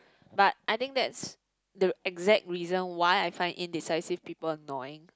but I think that's the exact reason why I find indecisive people annoying